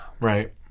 right